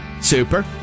Super